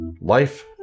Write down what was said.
Life